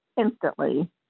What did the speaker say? instantly